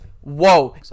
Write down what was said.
whoa